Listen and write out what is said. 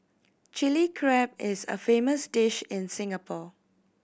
Chilli Crab is a famous dish in Singapore